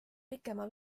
pikema